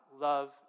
love